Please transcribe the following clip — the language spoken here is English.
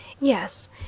yes